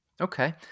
Okay